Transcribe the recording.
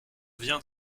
viens